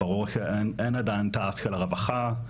כרגע אין בעצם תעש של הרווחה,